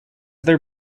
there